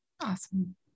Awesome